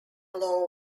law